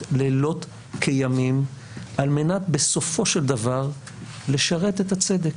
לילות כימים על מנת בסופו של דבר לשרת את הצדק.